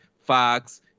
Fox